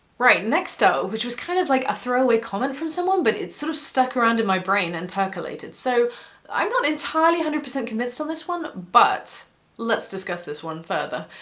right next up, which was kind of like a throwaway comment from someone, but it sort of stuck around in my brain and percolated, so i'm not entirely hundred percent convinced on this one, but let's discuss this one further.